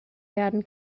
werden